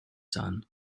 son